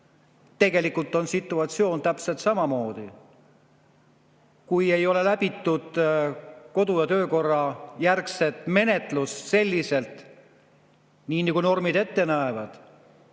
Tegelikult on situatsioon täpselt samasugune. Kui ei ole läbitud kodu‑ ja töökorra järgset menetlust nii, nagu normid ette näevad,